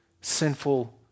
Sinful